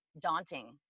daunting